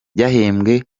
yahembwe